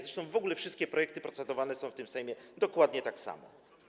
Zresztą w ogóle wszystkie projekty procedowane są w tym Sejmie dokładnie tak samo.